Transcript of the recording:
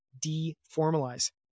de-formalize